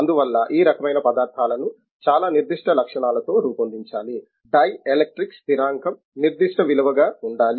అందువల్ల ఈ రకమైన పదార్థాలను చాలా నిర్దిష్ట లక్షణాలతో రూపొందించాలి డైఎలెక్ట్రిక్ స్థిరాంకం నిర్దిష్ట విలువగా ఉండాలి